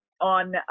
on